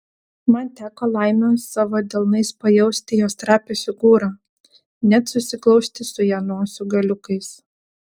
man teko laimė savo delnais pajausti jos trapią figūrą net susiglausti su ja nosių galiukais